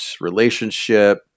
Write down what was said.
relationship